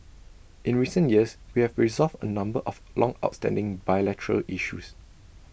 in recent years we have resolved A number of longstanding bilateral issues